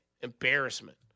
Embarrassment